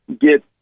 get